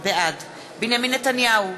בעד בנימין נתניהו,